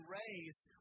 raised